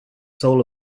soul